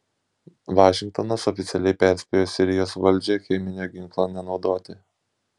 vašingtonas oficialiai perspėjo sirijos valdžią cheminio ginklo nenaudoti